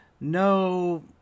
No